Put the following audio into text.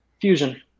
Fusion